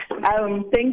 thank